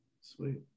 Sweet